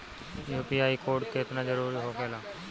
UPI code केतना जरुरी होखेला?